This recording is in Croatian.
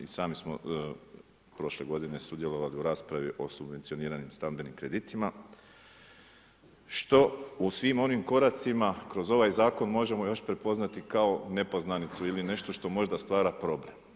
I sami smo prošle godine sudjelovali u raspravi o subvencioniranju stambenim kreditima što u svim onim koracima, kroz ovaj Zakon možemo još prepoznati kao nepoznanicu ili nešto što možda stvara problem.